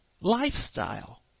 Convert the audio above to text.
lifestyle